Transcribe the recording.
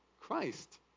Christ